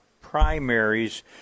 primaries